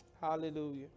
Hallelujah